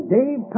Dave